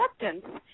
acceptance